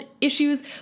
issues